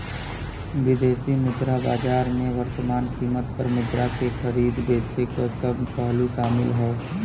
विदेशी मुद्रा बाजार में वर्तमान कीमत पर मुद्रा के खरीदे बेचे क सब पहलू शामिल हौ